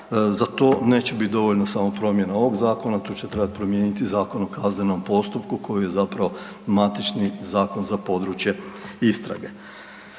Za to neće biti dovoljno samo promjena ovog zakona, to će trebati promijeniti i Zakon o kaznenom postupku koji je zapravo matični zakon za područje istrage.